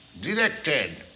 directed